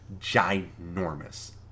ginormous